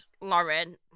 Lauren